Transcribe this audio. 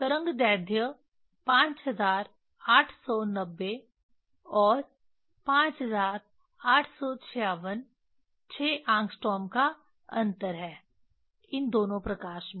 तरंगदैर्ध्य 5890 और 5896 6 एंग्स्ट्रॉम का अंतर है इन दोनों प्रकाश में